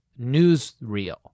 newsreel